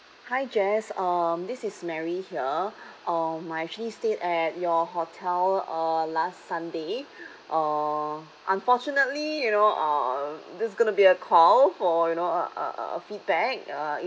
hi jess um this is mary here um I actually stayed at your hotel uh last sunday uh unfortunately you know uh there's gonna be a call for you know uh uh a feedback uh it